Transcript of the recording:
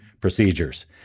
procedures